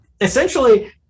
Essentially